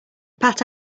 pat